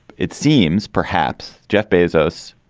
it seems perhaps jeff bezos